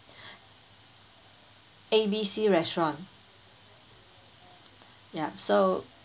A B C restaurant yup so